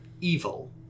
evil